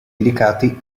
indicati